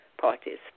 parties